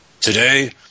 Today